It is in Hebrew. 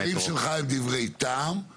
הדברים שלך הם דברי טעם,